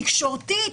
תקשורתית,